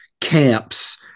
camps